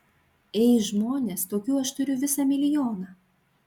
ei žmonės tokių aš turiu visą milijoną